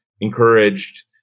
encouraged